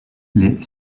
les